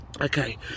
Okay